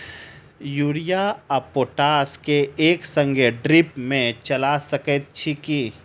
Urea आ potash केँ एक संगे ड्रिप मे चला सकैत छी की?